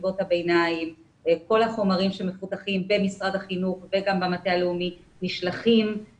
חטיבות הביניים וכל החומרים שמפותחים במשרד החינוך וגם במטה הלאומי נשלחים.